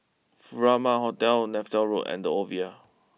Furama Hotel Neythal Road and the Oval